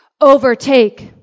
overtake